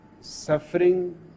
suffering